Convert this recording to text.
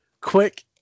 Quick